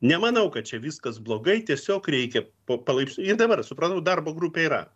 nemanau kad čia viskas blogai tiesiog reikia palaipsniui ir dabar supratau darbo grupė yra